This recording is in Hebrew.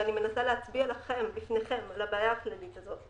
ואני מנסה להצביע בפניכם על הבעיה הכללית הזאת,